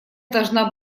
должна